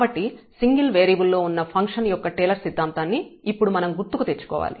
కాబట్టి single variable లో ఉన్న ఫంక్షన్ యొక్క టేలర్ సిద్ధాంతాన్ని ఇప్పుడు మనం గుర్తుకు తెచ్చుకోవాలి